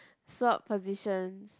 swop positions